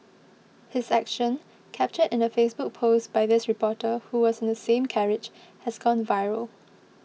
his action captured in a Facebook post by this reporter who was in the same carriage has gone viral